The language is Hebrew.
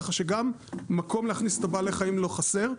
ככה שגם מקום להכניס את בעלי החיים לא חסר.